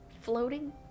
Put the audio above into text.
floating